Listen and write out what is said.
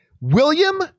William